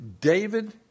David